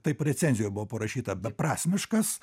taip recenzijoj buvo parašyta beprasmiškas